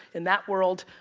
and that world.